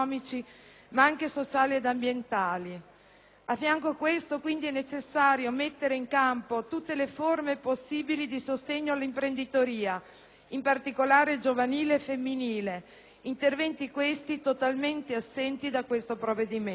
ma anche sociali ed ambientali. A fianco a questo, quindi, è necessario mettere in campo tutte le possibili forme di sostegno all'imprenditoria, in particolare giovanile e femminile: interventi, questi, totalmente assenti dal provvedimento